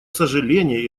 сожаление